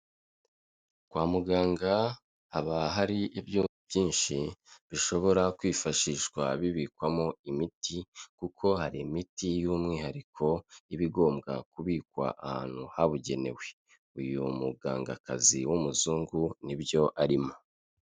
Kwa muganga haba hari ibyo byinshi bishobora kwifashishwa bibikwamo imiti, kuko hari imiti y'umwihariko iba igomba kubikwa ahantu habugenewe. Uyu mugangakazi w'umuzungu n'ibyo arimo.